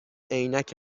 عینک